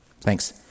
Thanks